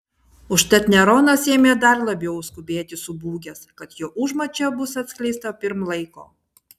užtat neronas ėmė dar labiau skubėti subūgęs kad jo užmačia bus atskleista pirm laiko